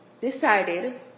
decided